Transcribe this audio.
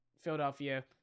Philadelphia